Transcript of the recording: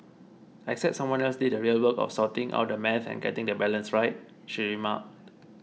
except someone else did the real work of sorting out the maths and getting the balance right she remarked